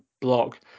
Block